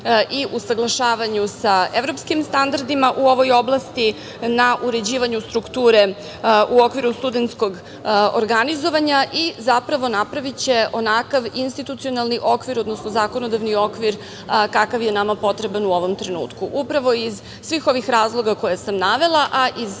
i usaglašavanju sa evropskim standardima u ovoj oblasti, na uređivanju strukture u okviru studentskog organizovanja i zapravo napraviće onakav institucionalni okvir, odnosno zakonodavni okvir kakav je nama potreban u ovom trenutku. Upravo iz svih ovih razloga koje sam navela, a iz